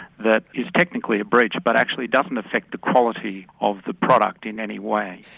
that is technically a breach but actually doesn't affect the quality of the product in any way.